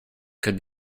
could